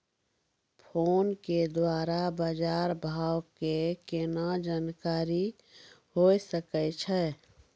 Phone के द्वारा बाज़ार भाव के केना जानकारी होय सकै छौ?